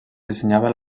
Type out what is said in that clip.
dissenyava